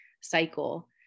cycle